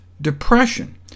depression